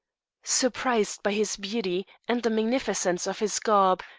surprised by his beauty, and the magnificence of his garb,